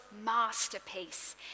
masterpiece